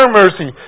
mercy